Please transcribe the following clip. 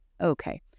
okay